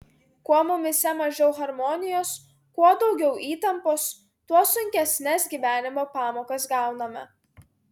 kuo mumyse mažiau harmonijos kuo daugiau įtampos tuo sunkesnes gyvenimo pamokas gauname